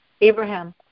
Abraham